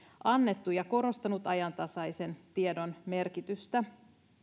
annettu ja korostanut ajantasaisen tiedon merkitystä